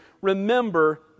remember